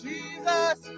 Jesus